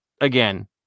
again